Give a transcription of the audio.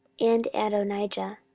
and adonijah,